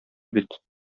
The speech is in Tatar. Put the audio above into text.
бит